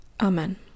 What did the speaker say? Amen